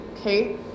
Okay